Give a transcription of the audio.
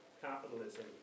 capitalism